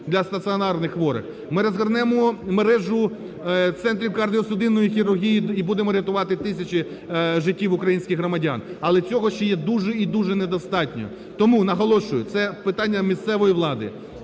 ми розгорнемо мережу центрів кардіосудинної хірургії і будемо рятувати тисячі життів українських громадян, але цього ще є дуже і дуже недостатньо. Тому, наголошую, це питання місцевої влади,